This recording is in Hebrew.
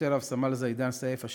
השוטר רב-סמל זידאן סייף.